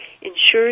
ensures